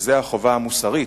וזו החובה המוסרית,